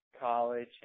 college